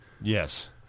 yes